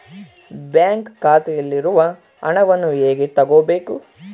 Bank ಖಾತೆಯಲ್ಲಿರುವ ಹಣವನ್ನು ಹೇಗೆ ತಗೋಬೇಕು?